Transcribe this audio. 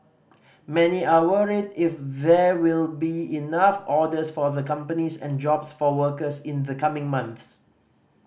many are worried if there will be enough orders for the companies and jobs for workers in the coming months